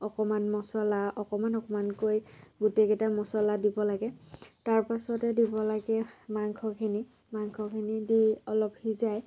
অকণমান মচলা অকমান অকমান কৈ গোটেইকেইটা মচলা দিব লাগে তাৰ পাছতে দিব লাগে মাংসখিনি মাংসখিনি দি অলপ সিজাই